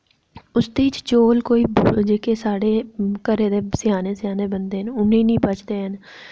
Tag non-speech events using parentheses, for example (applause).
उसदे च चौल कोई (unintelligible) जेह्के साढ़े घरे दे स्याने स्याने बंदे न उ'ने निं पचदे हैन